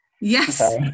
Yes